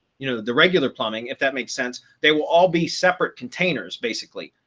you know, the regular plumbing, if that makes sense. they will all be separate containers basically.